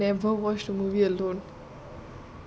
oh my god you know I have never watched a movie alone